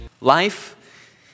Life